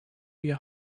your